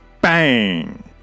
bang